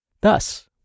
Thus